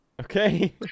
Okay